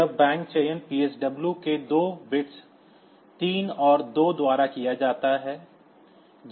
यह बैंक चयन PSW के दो बिट्स 3 और 2 द्वारा किया जाता है